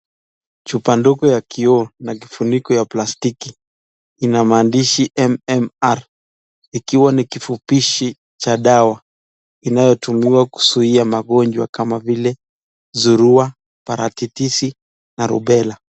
Chupa ndogo ya kioo na kifuniko ya plastiki ina maandishi MMR ikiwa ni kifupishi cha dawa inayotumiwa kuzuia magonjwa kama vile surua, paratitis na rubella.